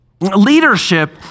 Leadership